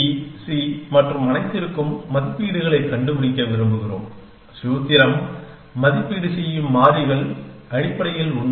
A B C மற்றும் அனைத்திற்கும் மதிப்பீடுகளைக் கண்டுபிடிக்க விரும்புகிறோம் சூத்திரம் மதிப்பீடு செய்யும் மாறிகள் அடிப்படையில் உண்மை